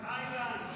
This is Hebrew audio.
תאילנד.